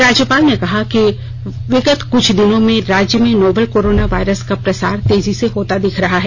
राज्यपाल ने कहा कि विगत कुछ दिनों में राज्य में नोवेल कोरोना वायरस का प्रसार तेजी से होता दिख रहा है